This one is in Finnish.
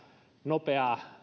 nopeaa